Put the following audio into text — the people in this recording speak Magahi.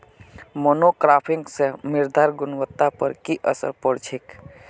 मोनोक्रॉपिंग स मृदार गुणवत्ता पर की असर पोर छेक